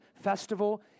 festival